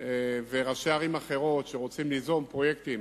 וראשי ערים אחרות שרוצים ליזום פרויקטים